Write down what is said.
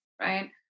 right